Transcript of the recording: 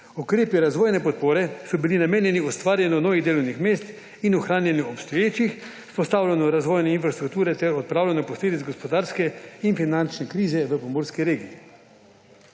Ukrepi razvojne podpore so bili namenjeni ustvarjanju novih delovnih mest in ohranjanju obstoječih, vzpostavljanju razvojne infrastrukture ter odpravljanju posledic gospodarske in finančne krize v pomurski regiji.